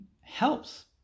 helps